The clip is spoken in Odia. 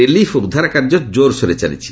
ରିଲିଫ୍ ଓ ଉଦ୍ଧାର କାର୍ଯ୍ୟ ଜୋର୍ସୋର୍ରେ ଚାଲିଛି